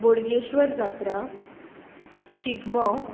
Bodgeshwar Jatra Shigmo